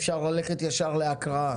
אפשר ללכת ישר להקראה.